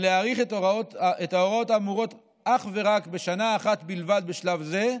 ולהאריך את ההוראות האמורות אך ורק בשנה אחת בשלב זה,